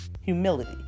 humility